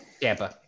Tampa